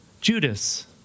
Judas